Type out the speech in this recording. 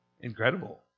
Incredible